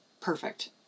perfect